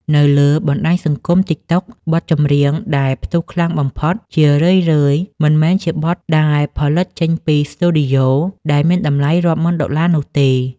នៅលើបណ្តាញសង្គម TikTok បទចម្រៀងដែលផ្ទុះខ្លាំងបំផុត ជារឿយៗមិនមែនជាបទដែលផលិតចេញពីស្ទូឌីយោដែលមានតម្លៃរាប់ម៉ឺនដុល្លារនោះទេ។